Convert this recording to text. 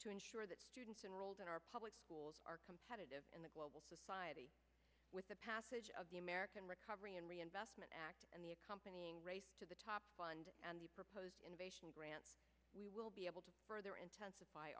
to ensure that students enrolled in our public schools are competitive in the global society with the passage of the american recovery and reinvestment act and the accompanying race to the top fund and the proposed innovation grants we will be able to further intensif